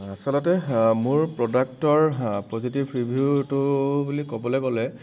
আচলতে মোৰ প্ৰডাক্টৰ পজিটিভ ৰিভিউটো বুলি ক'বলৈ গ'লে